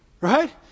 Right